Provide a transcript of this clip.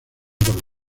por